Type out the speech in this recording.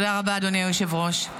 היושב-ראש.